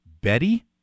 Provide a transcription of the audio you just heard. Betty